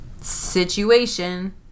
situation